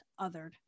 othered